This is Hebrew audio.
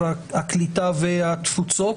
הקליטה והתפוצות.